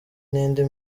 n’indi